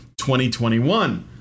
2021